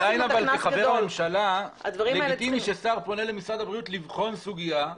אבל עדיין כחבר בממשלה לגיטימי ששר פונה למשרד הבריאות לבחון סוגיה.